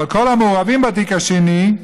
אבל כל המעורבים בתיק השני,